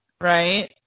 right